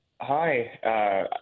hi